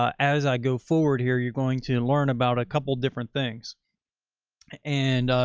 um as i go forward here, you're going to and learn about a couple of different things and,